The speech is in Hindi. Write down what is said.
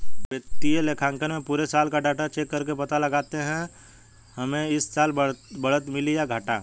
वित्तीय लेखांकन में पुरे साल का डाटा चेक करके पता लगाते है हमे इस साल बढ़त मिली है या घाटा